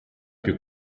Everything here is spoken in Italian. più